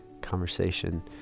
conversation